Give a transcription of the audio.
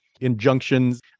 injunctions